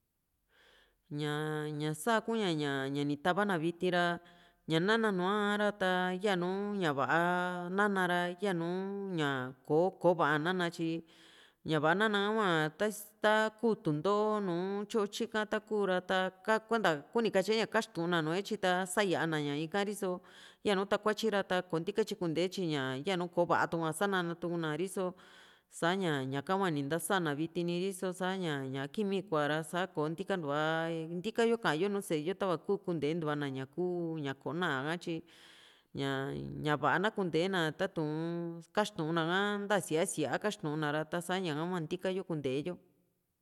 ñaa ña sa kuña ñani tava na viti ra ña nanua ra ya´nu ña va´a na´na ra yanu ña ko kò´o va´a nana tyi ña va´a nana hua ta ta kuu tundoó nu tyo tyika taku ra ta kuenta kuni katye ña kaxtuun náa nue tyi ta sa´ya na ña ka´ra riso yanu takuatyi ra kò´o ntikatyi kunte tyi ña yanu kò´ó va´a tua sanana riso sa´ña sañaka hua ni ntasana viti ni ri´so sa´ña kii mi kua´ra sa kontikantua ntikayo ka´an yo nu sée yo tava ni kuu kunteentua na ña ku ña koo na´a tyi ña ña va´a na kuntena tatu´n kaxtuna ka nta síaa síaa kaxtun na ra sa´ña ka hua ntikayo kuunte yo